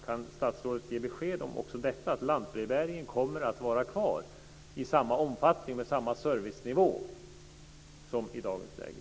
Kan statsrådet ge besked också om att lantbrevbäringen kommer att vara kvar i samma omfattning och med samma servicenivå som i dagens läge?